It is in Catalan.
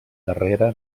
darrera